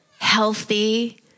healthy